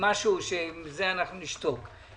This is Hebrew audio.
משהו ועם זה אנחנו נשתוק.